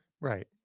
Right